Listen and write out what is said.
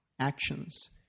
actions